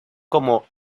como